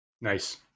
nice